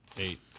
Eight